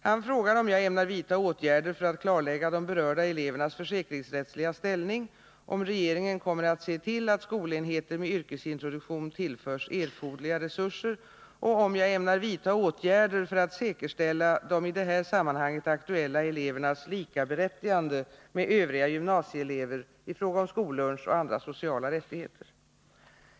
Han frågar om jag ämnar vidta åtgärder för att klarlägga de berörda elevernas försäkringsrättsliga ställning, om regeringen kommer att se till att skolenheter med yrkesintroduktion tillförs erforderliga resurser och om jag ämnar vidta åtgärder för att säkerställa de i det här sammanhanget aktuella elevernas likaberättigande med övriga gymnasieelever i fråga om skollunch och andra sociala rättigheter.